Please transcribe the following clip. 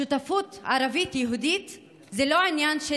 שותפות ערבית-יהודית זה לא עניין של